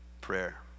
prayer